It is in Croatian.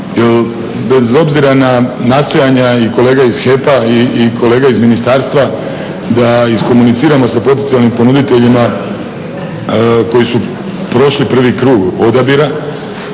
Bez obzira na nastojanja i kolega iz HEP-a i kolega iz ministarstva da iskomuniciramo sa potencijalnim ponuditeljima koji su prošli prvi krug odabira,